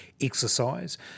exercise